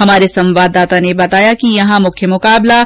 हमारे संवाददाता ने बताया कि यहां मुख्य मुकाबला